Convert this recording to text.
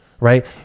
right